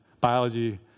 biology